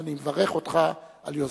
ואני מברך אותך על יוזמתך.